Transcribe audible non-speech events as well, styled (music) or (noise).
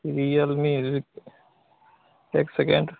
Realme (unintelligible) एक second